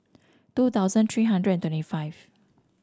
two thousand three hundred and thirty five